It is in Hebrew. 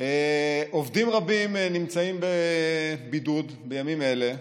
עובדים רבים נמצאים בבידוד בימים אלה,